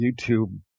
youtube